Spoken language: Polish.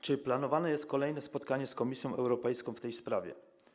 Czy planowane jest kolejne spotkanie z Komisją Europejską w tej sprawie?